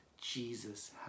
Jesus